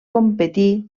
competir